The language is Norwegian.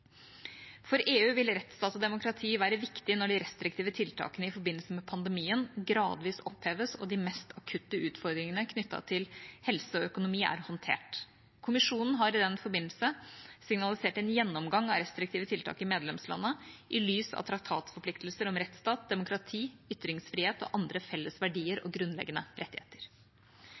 For EU vil rettsstat og demokrati være viktig når de restriktive tiltakene i forbindelse med pandemien gradvis oppheves, og de mest akutte utfordringene knyttet til helse og økonomi er håndtert. Kommisjonen har i den forbindelse signalisert en gjennomgang av restriktive tiltak i medlemslandene i lys av traktatforpliktelser om rettsstat, demokrati, ytringsfrihet og andre felles verdier og grunnleggende rettigheter.